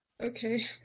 Okay